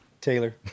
Taylor